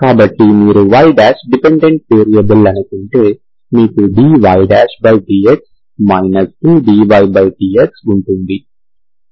కాబట్టి మీరు y dependent variable అనుకుంటే మీకు dydx 2dydx ఉంటుంది